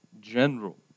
general